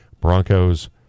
Broncos